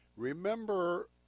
Remember